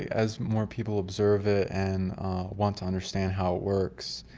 as more people observe it, and want to understand how it works,